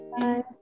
bye